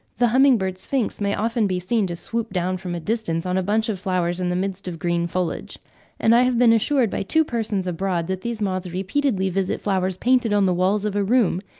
the humming-bird sphinx may often be seen to swoop down from a distance on a bunch of flowers in the midst of green foliage and i have been assured by two persons abroad, that these moths repeatedly visit flowers painted on the walls of a room,